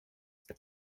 dig